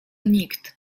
nikt